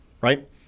right